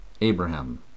Abraham